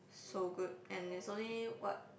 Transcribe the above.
so good and it's only what